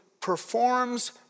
performs